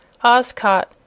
Oscott